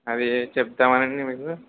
అది చెపుదాం అని మీకు